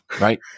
right